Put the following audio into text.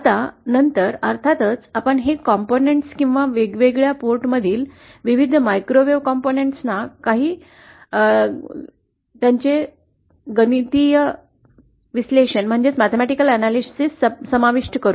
आता नंतर अर्थातच आपण हे घटकां किंवा वेगवेगळ्या पोर्टमधील विविध मायक्रोवेव्ह घटक ना काही अधिक तपशीलवार गणितीय विश्लेषणासह समाविष्ट करू